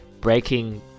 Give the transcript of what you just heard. breaking